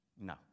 no